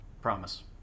promise